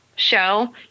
show